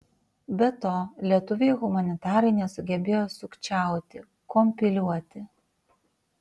be to lietuviai humanitarai nesugebėjo sukčiauti kompiliuoti